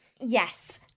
Yes